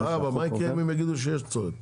--- אז מה יקרה אם הם יגידו שיש צורך ?